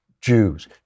Jews